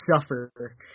suffer